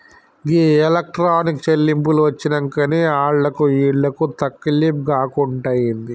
గీ electronic చెల్లింపులు వచ్చినంకనే ఆళ్లకు ఈళ్లకు తకిలీబ్ గాకుంటయింది